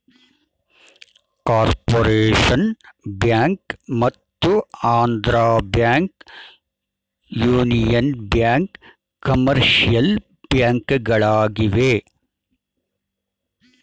corporation bank ಮತ್ತು Andhra bank, union bank commercial ಬ್ಯಾಂಕ್ಗಳಾಗಿವೆ